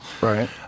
Right